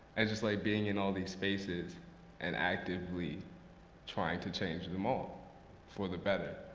i just like being in all these spaces and actively trying to change them all for the better.